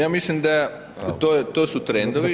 Ja mislim da je to su trendovi…